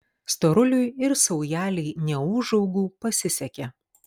storuliui ir saujelei neūžaugų pasisekė